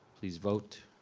please vote.